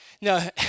No